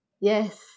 yes